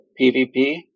PvP